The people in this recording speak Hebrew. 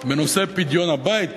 בנושא פדיון הבית.